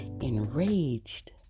enraged